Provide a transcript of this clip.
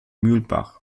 mühlbach